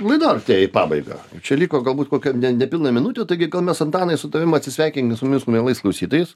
laida artėja į pabaigą čia liko galbūt kokia ne nepilna minutė taigi gal mes antanai su tavim atsisveikinkim su mumis su mielais klausytojus